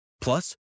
Plus